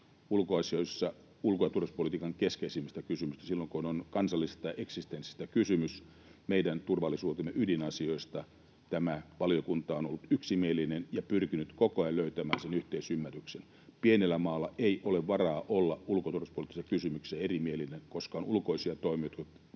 ulko- ja turvallisuuspolitiikan keskeisimmissä kysymyksissä, silloin kun on kansallisesta eksistenssistä kysymys, meidän turvallisuutemme ydinasioista, tämä valiokunta on ollut yksimielinen ja pyrkinyt koko ajan löytämään sen yhteisymmärryksen. Pienellä maalla ei ole varaa olla ulko- ja turvallisuuspoliittisissa kysymyksissä erimielinen, koska on ulkoisia toimijoita,